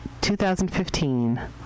2015